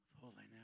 holiness